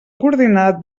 coordinar